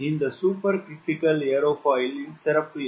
இந்த super critical airfoil சிறப்பு என்ன